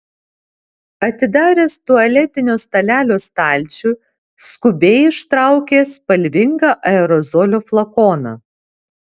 atidaręs tualetinio stalelio stalčių skubiai ištraukė spalvingą aerozolio flakoną